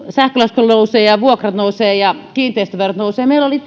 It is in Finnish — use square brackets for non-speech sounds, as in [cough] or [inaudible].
sähkölasku nousee vuokrat nousevat ja kiinteistöverot nousevat meillä perussuomalaisilla oli [unintelligible]